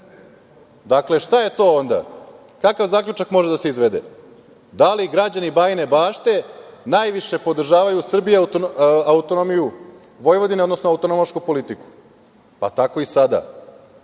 Dakle, šta je to onda? Kakav zaključak može da se izvede? Da li građani Bajine Bašte najviše podržavaju u Srbiji autonomiju Vojvodine, odnosno autonomašku politiku? Tako i sada